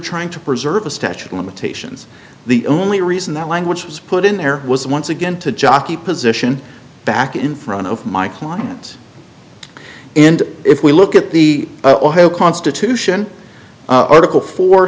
trying to preserve a statute of limitations the only reason that language was put in there was once again to jockey position back in front of my client and if we look at the ohio constitution article for